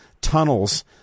tunnels